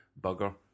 bugger